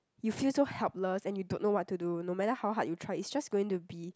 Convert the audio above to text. you feel so helpless and you don't know what to do no matter how hard you try it's just going to be